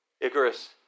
icarus